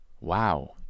Wow